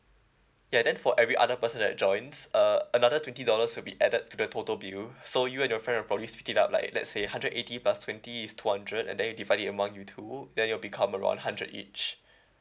ya then for every other person that joins uh another twenty dollars will be added to the total bill so you and your friend will probably split it up like let's say hundred eighty plus twenty is two hundred and then you divide it among you two then it'll become around hundred each